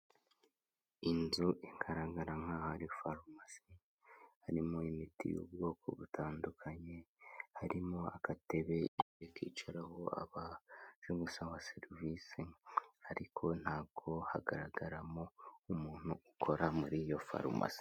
Inzu igaragara nk'aho ari farumasi, harimo imiti y'ubwoko butandukanye, harimo agatebe kicaraho abaje gusa serivise ariko ntabwo hagaragaramo umuntu ukora muri iyo farumasi.